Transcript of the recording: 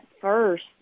first